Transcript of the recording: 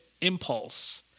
impulse